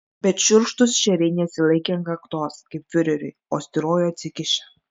bet šiurkštūs šeriai nesilaikė ant kaktos kaip fiureriui o styrojo atsikišę